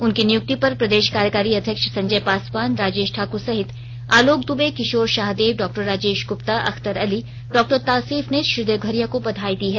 उनकी नियुक्ति पर प्रदेश कार्यकारी अध्यक्ष संजय पासवान राजेश ठाकुर सहित आलोक दुबे किशोर शाहदेव डॉ राजेश गुप्ता अख्तर अली डॉ तौसीफ ने श्री देवघरिया को बधाई दी है